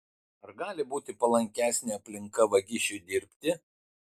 ar gali būti palankesnė aplinka vagišiui dirbti